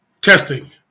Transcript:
testing